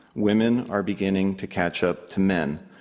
women are beginning to catch up to men.